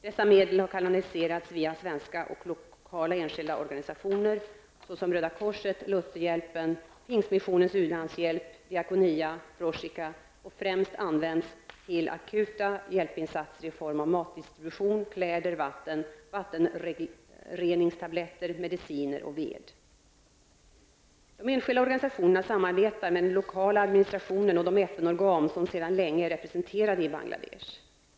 Dessa har kanaliserats via svenska och lokala enskilda organisationer, såsom Röda korset, Lutherhjälpen, Pingsmissionens U landshjälp, Diakonia och Proshika, och främst använts till akuta hjälpinsatser i form av matdistribution, kläder, vatten och vattenreningstabletter, mediciner och ved. De enskilda organisationerna samarbetar med den lokala administrationen och deFN-organ som sedan länge är representerade i Bangladesh.